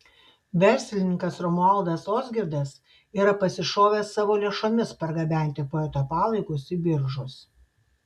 verslininkas romualdas ozgirdas yra pasišovęs savo lėšomis pargabenti poeto palaikus į biržus